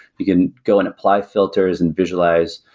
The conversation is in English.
you can go and apply filters and visualize,